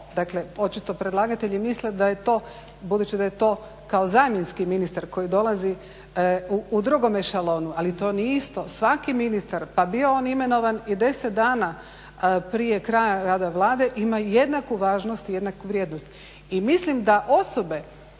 dakle očito predlagatelji misle da je to, budući da je to kao zamjenski ministar koji dolazi u drugome šalonu. Ali to nije isto. Svaki ministar pa bio on imenovan i 10 dana prije kraja rada Vlade ima jednaku važnost i jednaku vrijednost. I mislim da osobe